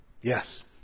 yes